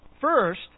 First